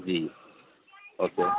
جی okay